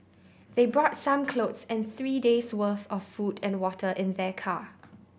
they brought some clothes and three days' worth of food and water in their car